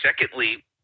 secondly